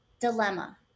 dilemma